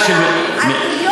הרבים.